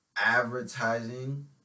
advertising